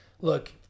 Look